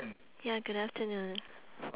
ya good afternoon